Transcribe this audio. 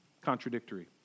contradictory